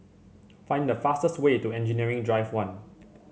find the fastest way to Engineering Drive One